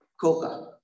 Coca